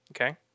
Okay